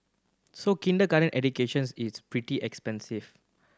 so kindergarten educations is pretty expensive